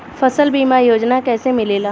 फसल बीमा योजना कैसे मिलेला?